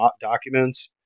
documents